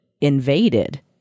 invaded